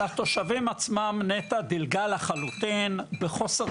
על התושבים עצמם נת"ע דילגה לחלוטין בחוסר